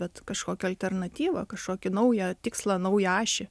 bet kažkokią alternatyvą kažkokį naują tikslą naują ašį